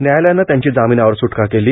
न्यायालयाने त्यांची जामीनावर सूटका केली